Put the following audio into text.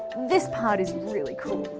this part is really cool.